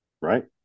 right